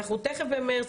אנחנו תכף במרץ,